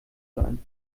sein